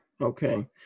Okay